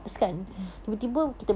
mm